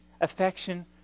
affection